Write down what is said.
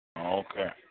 Okay